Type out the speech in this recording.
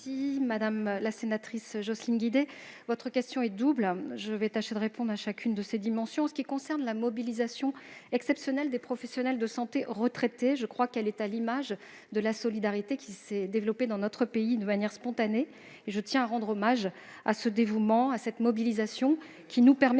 Madame la sénatrice Jocelyne Guidez, votre question est double. Je tâcherai donc de répondre à chacune des dimensions que vous évoquez. La mobilisation exceptionnelle des professionnels de santé retraités est à l'image de la solidarité qui s'est développée dans notre pays de manière spontanée. Je tiens à rendre hommage à ce dévouement et à cette mobilisation, qui se